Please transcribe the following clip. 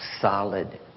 solid